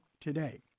today